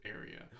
area